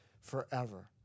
forever